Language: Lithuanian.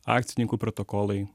akcininkų protokolai